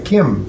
Kim